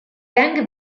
gang